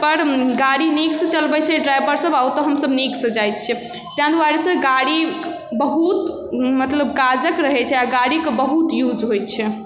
पर गाड़ी नीकसँ चलबै छै ड्राइवरसब आओर ओतऽ हमसब नीकसँ जाइ छिए ताहि दुआरेसँ गाड़ी बहुत मतलब काजके रहै छै आओर गाड़ीके बहुत यूज होइ छै